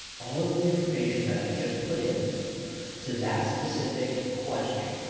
all of the information that i just put in to that specific question,